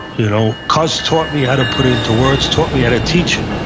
you know cus taught me how to put it into words, taught me how to teach it,